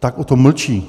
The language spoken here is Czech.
tak o tom mlčí.